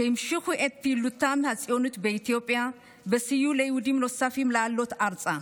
שהמשיכו את פעילותם הציונית באתיופיה וסייעו ליהודים נוספים לעלות ארצה.